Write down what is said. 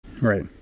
right